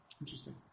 Interesting